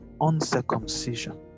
uncircumcision